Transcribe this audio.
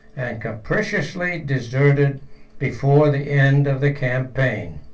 and capriciously deserted before the end of the campaign.